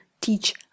teach